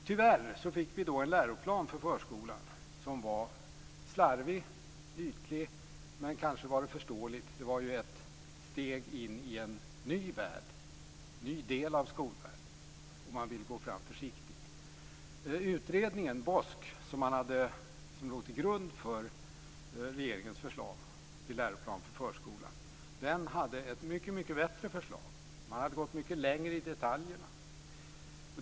Tyvärr fick vi då en läroplan för förskolan som var slarvig och ytlig. Kanske var det förståeligt. Det var ett steg in i en ny del av skolvärlden, och man ville gå fram försiktigt. Den utredning, BOSK, som låg till grund för regeringens förslag till läroplan för förskolan hade ett mycket bättre förslag. Den hade gått mycket längre i detaljerna.